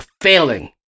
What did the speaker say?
failing